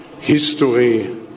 history